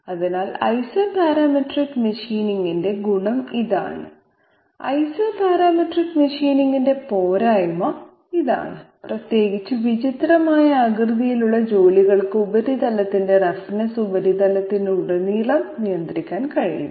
അതിനാൽ ഐസോപാരാമെട്രിക് മെഷീനിംഗിന്റെ ഗുണം ഇതാണ് ഐസോപാരാമെട്രിക് മെഷീനിംഗിന്റെ പോരായ്മ ഇതാണ് പ്രത്യേകിച്ച് വിചിത്രമായ ആകൃതിയിലുള്ള ജോലികൾക്ക് ഉപരിതലത്തിന്റെ റഫ്നെസ്സ് ഉപരിതലത്തിലുടനീളം നിയന്ത്രിക്കാൻ കഴിയില്ല